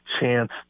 chance